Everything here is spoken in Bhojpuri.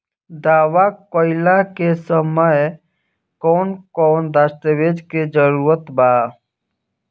दावा कईला के समय कौन कौन दस्तावेज़ के जरूरत बा?